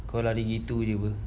kau lari begitu jer